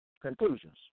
Conclusions